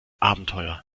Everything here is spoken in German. abenteuer